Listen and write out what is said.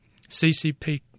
CCP